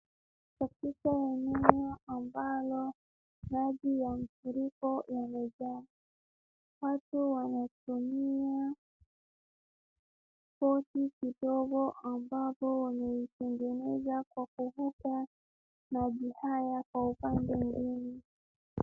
Katika eneo ambalo maji ya mafuriko yamejaa. Watu wanatumia boti kidogo ambapo wameitengeneza kwa kuvuka maji haya kwa upande mwingine.